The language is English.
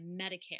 Medicare